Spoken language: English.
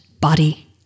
body